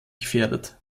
gefährdet